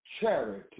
charity